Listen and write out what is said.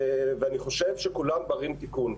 ואני חושב שכולם בני תיקון.